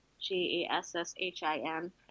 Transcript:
G-E-S-S-H-I-N